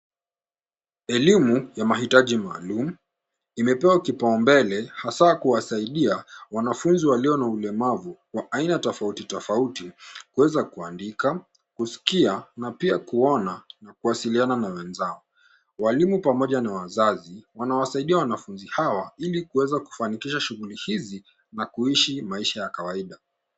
Elimu ya mahitaji maalum imepewa kipao mbele hasa kuwasaidia wanafunzi walio na ulimavu aina tafauti tafauti kuweza kuandika, kusikia na pia kuona na kuwasiliana na wenzao. Walimu pamoja na wazazi, wanawasaidia wanafunzi hawa hili kuweza kufanikisha shughuli hizi na kuishi maisha ya kawaida.